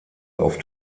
auf